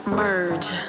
merge